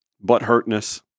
butt-hurtness